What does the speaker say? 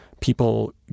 People